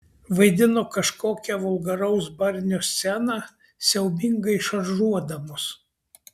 vaidino kažkokią vulgaraus barnio sceną siaubingai šaržuodamos